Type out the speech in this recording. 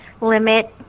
limit